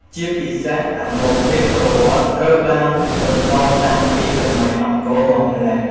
ជាពិសេសអាម៉ុកមានប្រវត្តិត្រូវបានបន្តតាំងពីសម័យអង្គរមកម៉្លេះ។